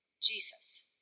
Jesus